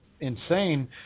Insane